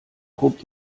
hob